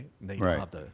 right